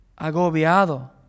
agobiado